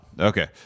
okay